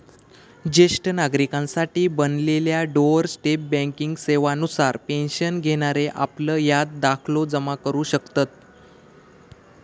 ज्येष्ठ नागरिकांसाठी बनलेल्या डोअर स्टेप बँकिंग सेवा नुसार पेन्शन घेणारे आपलं हयात दाखलो जमा करू शकतत